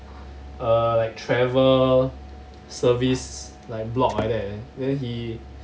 err like travel service like blog like that then he